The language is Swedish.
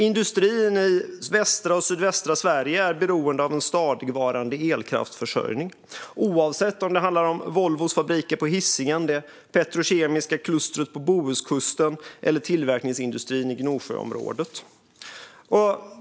Industrin i västra och sydvästra Sverige är beroende av en stadigvarande elkraftsförsörjning, oavsett om det handlar om Volvos fabriker på Hisingen, det petrokemiska klustret på Bohuskusten eller tillverkningsindustrin i Gnosjöområdet.